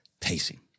pacing